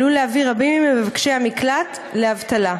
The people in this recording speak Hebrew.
עלול להביא רבים ממבקשי המקלט לאבטלה.